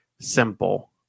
simple